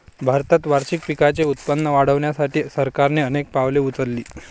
भारतात वार्षिक पिकांचे उत्पादन वाढवण्यासाठी सरकारने अनेक पावले उचलली